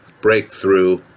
breakthrough